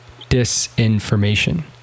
disinformation